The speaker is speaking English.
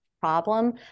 problem